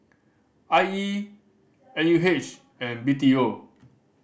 I E N U H and B T O